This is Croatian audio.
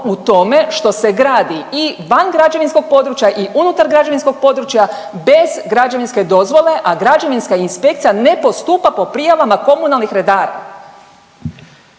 u tome što se gradi i van građevinskog područja i unutar građevinskog područja bez građevinske dozvole, a Građevinska inspekcija ne postupa po prijavama komunalnih redara.